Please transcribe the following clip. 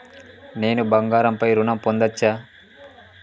నేను బంగారం పై ఋణం పొందచ్చా?